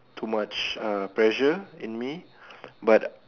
too much uh pressure in me but